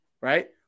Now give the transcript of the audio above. right